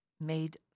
made